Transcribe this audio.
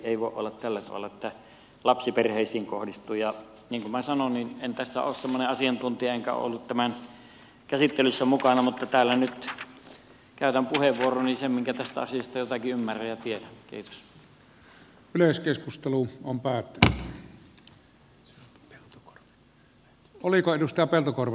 ei voi olla tällä tavalla että lapsiperheisiin kohdistuu ja niin kuin minä sanoin en tässä ole semmoinen asiantuntija enkä ollut tämän käsittelyssä mukana mutta täällä nyt käytän puheenvuoroni sen minkä tästä asiasta jotakin ymmärrän ja tiedän